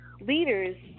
leaders